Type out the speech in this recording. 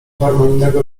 harmonijnego